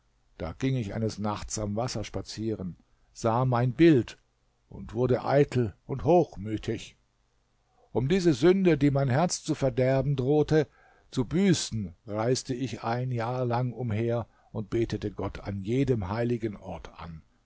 da ging ich eines nachts am wasser spazieren sah mein bild und wurde eitel und hochmütig um diese sünde die mein herz zu verderben drohte zu büßen reiste ich ein jahr lang umher und betete gott an jedem heiligen ort an